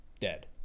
dead